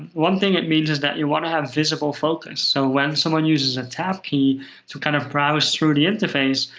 one thing it means is that you want to have visible focus. so when someone uses a tab key to kind of browse through the interface,